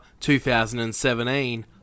2017